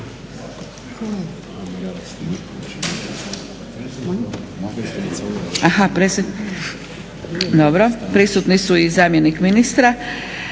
prisutni i zamjenik ministra,